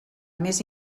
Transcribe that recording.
més